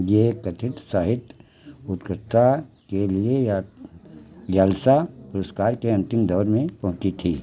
वे कथित साहित्य में उत्कृष्टता के लिए याल्सा पुरस्कार के अंतिम दौर में पहुंची थीं